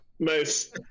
Nice